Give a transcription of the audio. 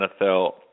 NFL